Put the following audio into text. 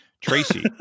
Tracy